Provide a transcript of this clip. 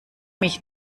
mich